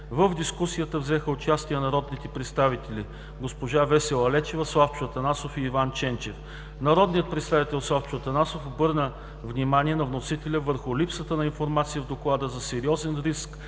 В дискусията взеха участие народните представители госпожа Весела Лечева, Славчо Атанасов и Иван Ченчев. Народният представител Славчо Атанасов обърна внимание на вносителя върху липсата на информация в Доклада за сериозен риск